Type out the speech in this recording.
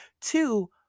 two